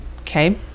Okay